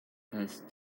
had